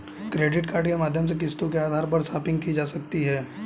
credit card के माध्यम से किस्तों के आधार पर शापिंग की जा सकती है